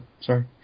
Sorry